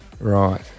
Right